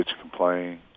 complain